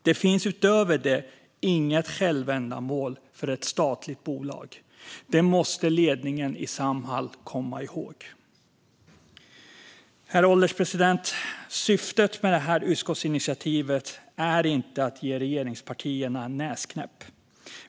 Det finns utöver detta inget självändamål för ett statligt bolag. Det måste ledningen i Samhall komma ihåg. Herr ålderspresident! Syftet med det här utskottsinitiativet är inte att ge regeringspartierna en näsknäpp.